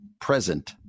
present